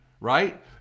right